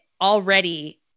already